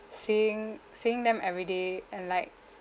seeing seeing them every day and like